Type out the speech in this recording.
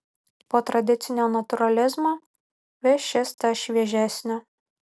po tradicinio natūralizmo vis šis tas šviežesnio